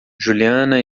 juliana